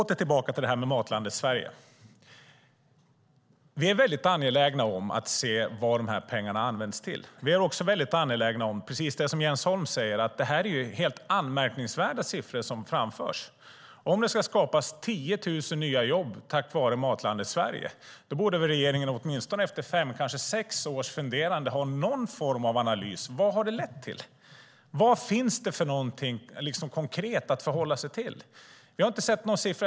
Tillbaka till Matlandet Sverige: Vi är väldigt angelägna om att se vad de här pengarna används till. Precis som Jens Holm säger är det helt anmärkningsvärda siffror som framförs. Om det ska skapas 10 000 nya jobb tack vare Matlandet Sverige borde väl regeringen åtminstone efter fem, kanske sex års funderande ha någon form av analys av vad det har lett till. Vad finns det för någonting konkret att förhålla sig till? Jag har inte sett någon siffra.